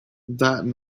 that